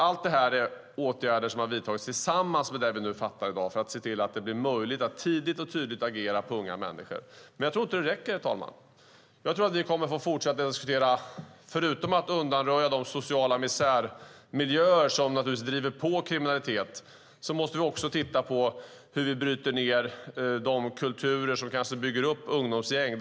Allt detta är åtgärder som har vidtagits tillsammans med det som vi i dag fattar beslut om för att se till att det blir möjligt att tidigt och tydligt att agera när det gäller unga människor, men jag tror inte att det räcker, herr talman. Förutom att undanröja de sociala misärmiljöer som naturligtvis driver på kriminalitet måste vi också titta på hur vi bryter ned de kulturer som bygger upp ungdomsgäng.